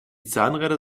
zahnräder